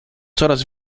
coraz